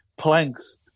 planks